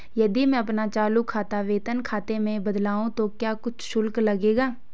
यदि मैं अपना चालू खाता वेतन खाते में बदलवाऊँ तो क्या कुछ शुल्क लगेगा?